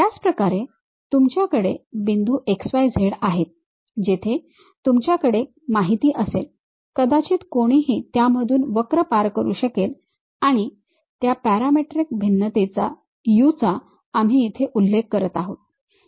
त्याच प्रकारे तुमच्याकडे बिंदू x y z आहेत जेथे तुमच्याकडे माहिती असेल कदाचित कोणीही त्यामधून वक्र पार करू शकेल आणि त्या पॅरामीट्रिक भिन्नतेचा u चा आम्ही इथे उल्लेख करत आहोत